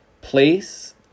Place